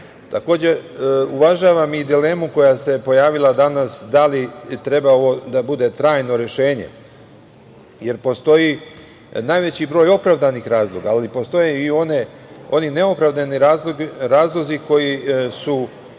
uvažavam i dilemu koja se pojavila danas, da li treba da bude trajno rešenje, jer postoji najveći broj opravdanih razloga, ali postoji i oni neopravdani razlozi koji su